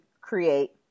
create